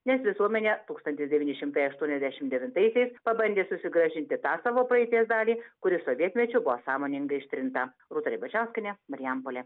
nes visuomenė tūkstantis devyni šimtai aštuoniasdešim devintaisiais pabandė susigrąžinti tą savo praeities dalį kuri sovietmečiu buvo sąmoningai ištrinta rūta ribačiauskienė marijampolė